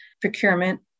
procurement